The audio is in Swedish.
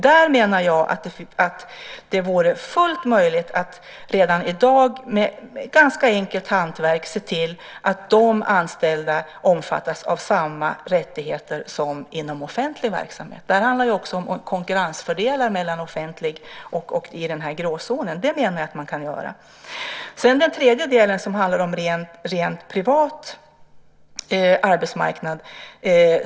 Jag menar att det redan i dag vore fullt möjligt att med ganska enkla grepp se till att de anställda omfattades av samma rättigheter som inom offentlig verksamhet. Det handlar ju också om konkurrensfördelar mellan offentlig sektor och den gråzon jag nämnde. Den tredje delen handlar om rent privat arbetsmarknad.